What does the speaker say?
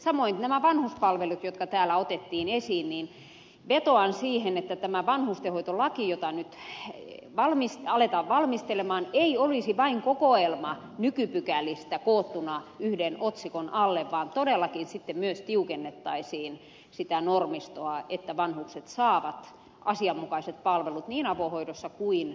samoin vanhuspalveluissa jotka täällä otettiin esiin vetoan siihen että tämä vanhustenhoitolaki jota nyt aletaan valmistella ei olisi vain kokoelma nykypykälistä koottuina yhden otsikon alle vaan todellakin myös tiukennettaisiin sitä normistoa niin että vanhukset saavat asianmukaiset palvelut niin avohoidossa kuin laitospalveluissa